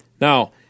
Now